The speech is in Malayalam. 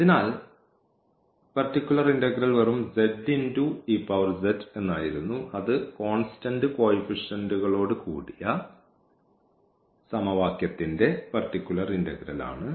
അതിനാൽ പർട്ടിക്കുലർ ഇന്റഗ്രൽ വെറും മാത്രമാണ് അത് കോൺസ്റ്റന്റ് കോയിഫിഷ്യൻറുകളോട് കൂടിയ ഈ സമവാക്യത്തിൻറെ പർട്ടിക്കുലർ ഇന്റഗ്രൽ ആണ്